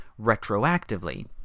retroactively